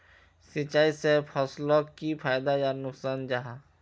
सिंचाई से फसलोक की फायदा या नुकसान जाहा?